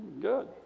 Good